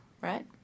right